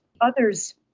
Others